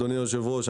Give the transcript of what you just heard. אדוני היושב-ראש,